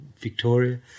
Victoria